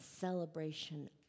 celebration